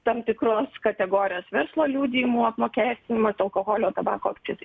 tam tikros kategorijos verslo liudijimų apmokestinimas alkoholio tabako akcizai